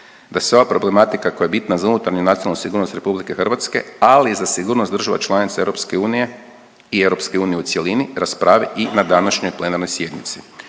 da se ova problematika koja je bitna za unutarnju nacionalnu sigurnost Republike Hrvatske ali i za sigurnost država članica EU i Europske unije u cjelini raspravi i na današnjoj plenarnoj sjednici.